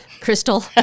Crystal